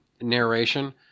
narration